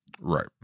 right